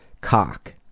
cock